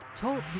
Talk